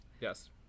Yes